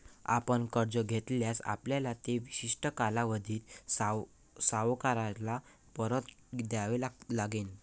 आपण कर्ज घेतल्यास, आपल्याला ते विशिष्ट कालावधीत सावकाराला परत द्यावे लागेल